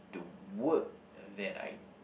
the work that I